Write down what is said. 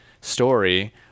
story